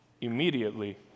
immediately